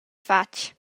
fatg